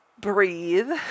breathe